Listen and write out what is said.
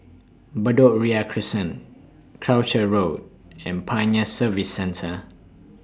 Bedok Ria Crescent Croucher Road and Pioneer Service Centre